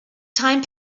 time